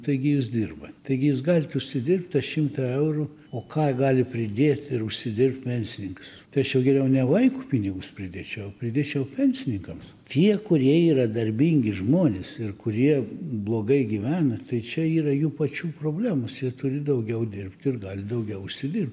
taigi jūs dirba taigi jūs galit užsidirbt tą šimtą eurų o ką gali pridėt ir užsidirbt pensininkas tai aš jau geriau ne vaiko pinigus pridėčiau o pridėčiau pensininkams tie kurie yra darbingi žmonės ir kurie blogai gyvena tai čia yra jų pačių problemos jie turi daugiau dirbt ir gali daugiau užsidir